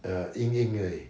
uh ying ying 而已